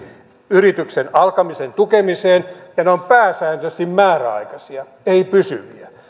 yrityksen alkamisen tukemiseen ja ne ovat pääsääntöisesti määräaikaisia eivät pysyviä